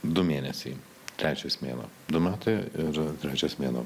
du mėnesiai trečias mėnuo du metai ir trečias mėnuo